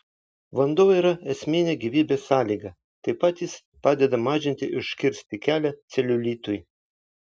vanduo yra esminė gyvybės sąlyga taip pat jis padeda mažinti ir užkirsti kelią celiulitui